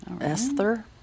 Esther